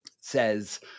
says